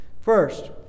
First